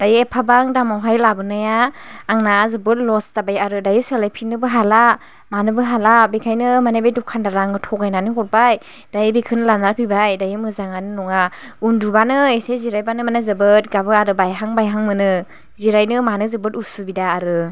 दायो एफाबां दामावहाय लाबोनाया आंना जोबोद लस जाबाय आरो दायो सोलायफिननोबो हाला मानोबो हाला बेखायनो माने बे दखानदारा आंनो थगायनानै हरबाय दायो बेखौनो लानानै फैबाय दायो मोजाङानो नङा उन्दुबानो एसे जिरायबानो माने जोबोद गाबो आरो बायहां बायहां मोनो जिरायनो मानो जोबोद उसुबिदा आरो